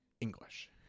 English